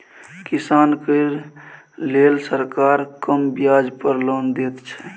किसान केर लेल सरकार कम ब्याज पर लोन दैत छै